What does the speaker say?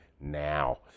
now